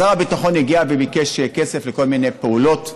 שר הביטחון הגיע וביקש כסף לכל מיני פעולות.